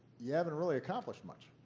you haven't really accomplished much.